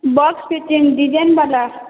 box କିଛି ନ design ଵାଲା